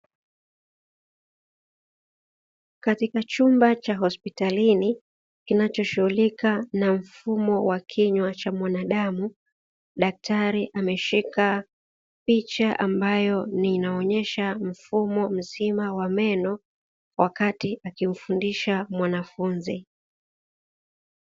Katika chumba cha hospitalini kinacho shughulika na mfumo wa kinywa cha mwanadamu, daktari ameshika picha ambayo inaonesha mfumo mzima wa meno wakati akimfundisha mwanafunzi.